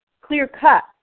clear-cut